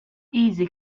easy